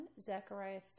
Zechariah